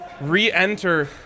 re-enter